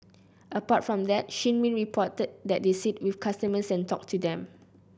apart from that Shin Min reported that they sit with customers and talk to them